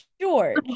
George